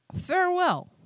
farewell